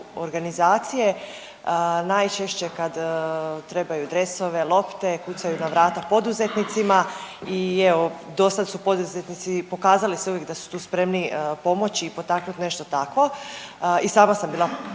organizacije najčešće kada trebaju dresove, lopte kucaju na vrata poduzetnicima i evo do sada su poduzetnici pokazali se uvijek da su tu spremni pomoći i potaknuti nešto takvo. I sama sam bila